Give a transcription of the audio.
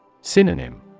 Synonym